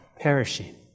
perishing